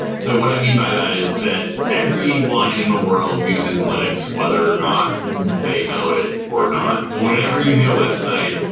so what i mean by that is that everyone in the world uses linux whether or not they know it or not. whenever you hit a website,